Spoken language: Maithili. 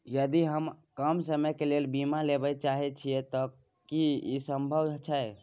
यदि हम कम समय के लेल बीमा लेबे चाहे छिये त की इ संभव छै?